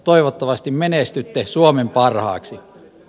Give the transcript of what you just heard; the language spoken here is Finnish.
toivottavasti menestytte suomen parhaaksi